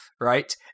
right